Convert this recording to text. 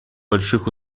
больших